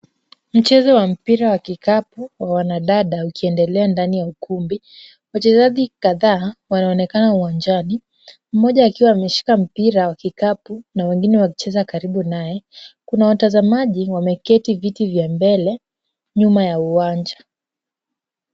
Mchezo wa mpira wa kikapu wa wanadada ukiendelea ndani ya ukumbi. Wachezaji kadhaa wanaonekana uwanjani, mmoja akiwa ameshika mpira wa kikapu na wengine wakicheza karibu naye. Kuna watazamaji wameketi viti vya mbele nyuma ya uwanja.